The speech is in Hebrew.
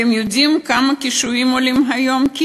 אתם יודעים כמה עולים קישואים היום?